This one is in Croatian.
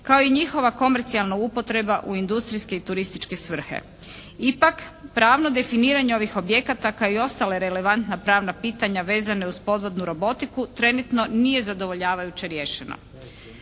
kao i njihova komercijalna upotreba u industrijske i turističke svrhe. Ipak, pravno definiranje ovih objekata kao i ostala relevantna pravna pitanja vezana uz podvodnu robotiku trenutno nije zadovoljavajuće riješeno.